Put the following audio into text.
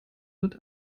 wird